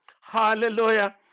Hallelujah